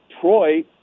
Troy